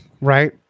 Right